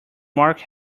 mark